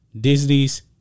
Disney's